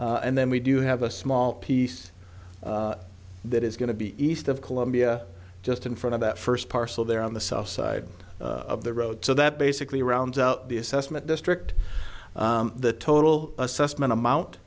ninth and then we do have a small piece that is going to be east of columbia just in front of that first parcel there on the south side of the road so that basically rounds out the assessment district the total assessment